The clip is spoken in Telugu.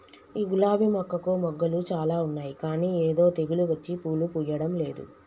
ఈ గులాబీ మొక్కకు మొగ్గలు చాల ఉన్నాయి కానీ ఏదో తెగులు వచ్చి పూలు పూయడంలేదు